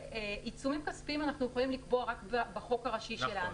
עיצומים כספיים אנחנו יכולים לקבוע רק בחוק הראשי שלנו.